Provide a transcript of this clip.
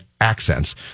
accents